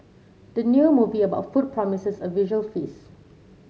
the new movie about food promises a visual feast